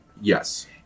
Yes